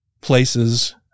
places